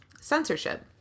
censorship